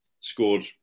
scored